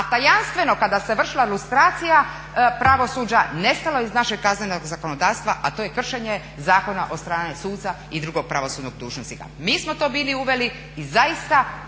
a tajanstveno kada se vršila lustracija pravosuđa nestalo je iz našeg kaznenog zakonodavstva, a to je kršenje zakona od strane suca i drugog pravosudnog dužnosnika. Mi smo to bili uveli i zaista